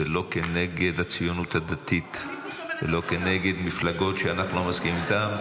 לא כנגד הציונות הדתית ולא כנגד מפלגות שאנחנו לא מסכימים איתן.